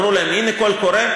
אמרו להן: הנה קול קורא.